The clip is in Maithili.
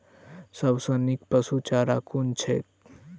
सबसँ नीक पशुचारा कुन छैक?